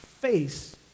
face